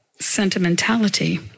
sentimentality